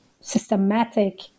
systematic